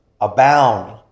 abound